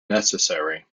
necessary